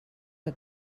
que